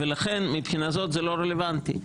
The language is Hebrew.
לכן מבחינה זאת זה לא רלוונטי.